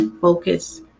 Focus